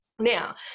Now